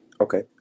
Okay